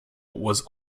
was